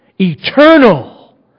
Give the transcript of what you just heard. eternal